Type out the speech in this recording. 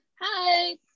Hi